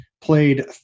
played